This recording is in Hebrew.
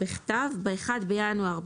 בכתב ב-1 בינואר,